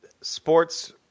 sports –